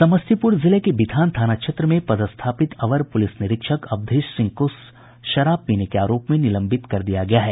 समस्तीपुर जिले के बिथान थाना में पदस्थापित अवर पुलिस निरीक्षक अवधेश सिंह को शराब पीने के आरोप में निलंबित कर दिया गया है